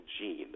gene